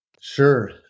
Sure